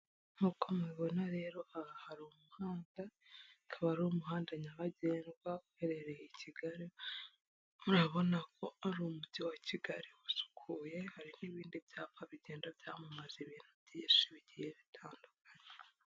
Nk'uko mubibona rero aha hari umuhanda, akaba ari umuhanda nyabagendwa uherereye i Kigali, urabona ko ari umujyi wa Kigali usukuye, hari n'ibindi byapa bigenda byamamaza ibintu byinshi bigiye bitandukanye.